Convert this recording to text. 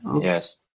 Yes